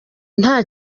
nta